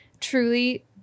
truly